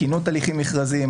תקינות הליכים מכרזיים,